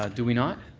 do we not?